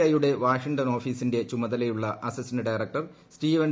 I യുടെ Washington ഓഫീസിന്റെ ചുമതലയുള്ള അസിസ്റ്റന്റ് ഡയറക്ടർ സ്റ്റീവൻ